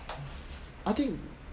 I think